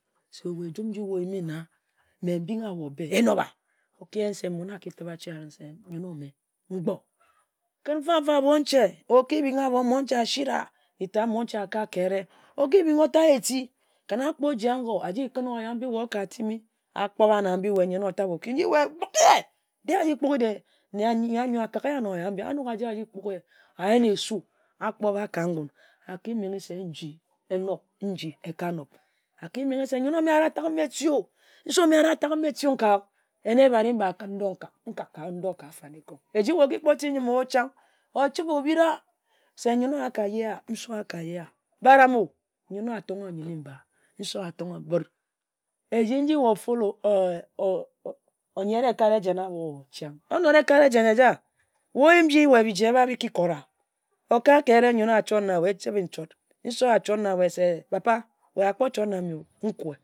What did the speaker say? Se we ejum nji oyemi na enob-ah? Oki eyen se mon aki tim achi arung se mama mgbo. Kǝn mfam-fa, abonche oki bing abo, monche asira nji-tat monche akai ka ehre oki yim nann ota yeh eti. Kǝn a kpor i agoe aji kǝn oya mbi we okatimi a kpor ba na mbi, we nyen otabe oki. De-e we, bighe aji kpoghe nne yor akagihe oya ambi a yen asu. Akpor ba ka ngun, a ki menghe se nji eka nob, aki menghe se, nyen omme ari atagham eti-o, nse omme ari atagham eti-o, nka yuk, enn ebhat mba kǝn ndoo nkak, nkak ndoo ka afanikong. Eji okikpo tim njim-o chang. Ochi be osira se nyen-owah akayeh-a nse-owah akayeh-a birim-o. Nyen-owah atongha nyenni mba, nse-owah atongha nyenni mba. But eji nji o follow o yere ekat ejen abo-o, chang. Onora ekat ejen eja, we oyim nji biji eba bi ki kora. Okai wa ereh nyen-owah achot na wa echibe nchot, nse owah achote na wa se papa, ka kpor chot na mme-o nkue.